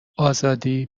آزادی